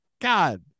God